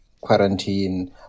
quarantine